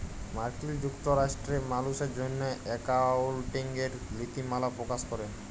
মার্কিল যুক্তরাষ্ট্রে মালুসের জ্যনহে একাউল্টিংয়ের লিতিমালা পকাশ ক্যরে